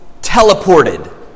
teleported